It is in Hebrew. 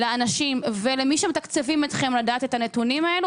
לאנשים ולמי שמתקצבים אותכם לדעת את הנתונים האלו?